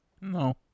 No